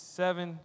seven